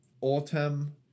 Autumn